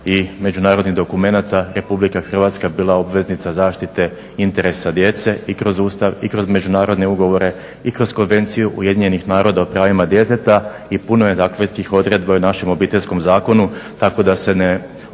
i međunarodnih dokumenata RH bila obveznica zaštite interesa djece i kroz Ustav i kroz međunarodne ugovore i kroz konvencije UN-a o pravima djeteta i puno je dakle tih odredba i u našem Obiteljskom zakonu tako da se ne ostavlja